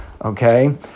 Okay